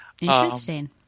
interesting